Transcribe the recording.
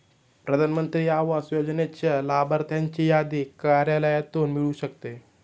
प्रधान मंत्री आवास योजनेच्या लाभार्थ्यांची यादी कार्यालयातून मिळू शकते